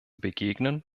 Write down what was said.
begegnen